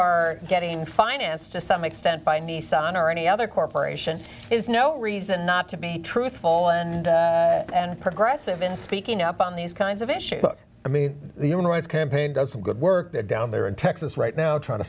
are getting financed to some extent by nissan or any other corporation is no reason not to be truthful and and progressive in speaking up on these kinds of issues i mean the human rights campaign does some good work down there in texas right now trying to